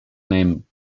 name